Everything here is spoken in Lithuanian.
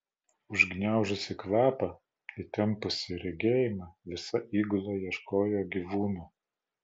užgniaužusi kvapą įtempusi regėjimą visa įgula ieškojo gyvūno